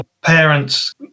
parents